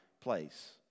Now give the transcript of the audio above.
place